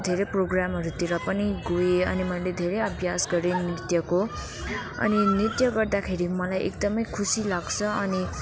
धेरै प्रोग्रामहरूतिर पनि गएँ अनि मैले धेरै अभ्यास गरेँ नृत्यको अनि नृत्य गर्दाखेरि मलाई एकदमै खुसी लाग्छ अनि